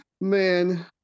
Man